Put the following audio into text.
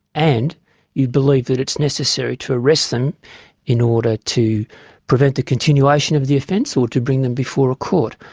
and you believe that it's necessary to arrest them in order to prevent the continuation of the offence or to bring them before a court.